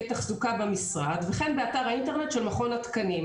תחזוקה במשרד וכן באתר האינטרנט של מכון התקנים."